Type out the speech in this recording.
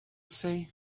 say